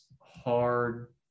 hard